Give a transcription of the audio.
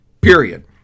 period